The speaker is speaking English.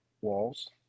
Walls